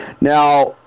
Now